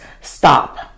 stop